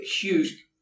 huge